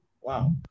Wow